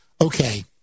okay